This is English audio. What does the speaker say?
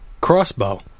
crossbow